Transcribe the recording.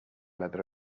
leather